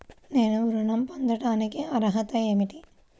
నేను ఋణం పొందటానికి అర్హత ఏమిటి?